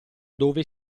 dove